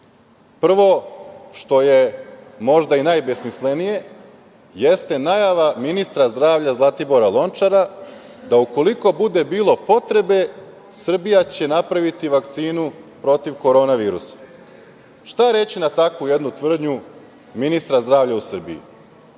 Prvo, što je možda i najbesmislenije, jeste najava ministra zdravlja Zlatibora Lončara da, ukoliko bude bilo potrebe, Srbija će napraviti vakcinu protiv korona virusa. Šta reći na takvu jednu tvrdnju ministra zdravlja u Srbiji?